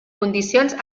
condicions